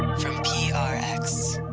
from prx